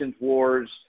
wars